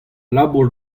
labour